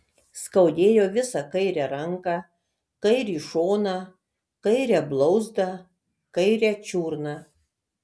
skaudėjo visą kairę ranką kairį šoną kairę blauzdą kairę čiurną